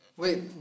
Wait